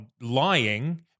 lying